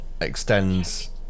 extends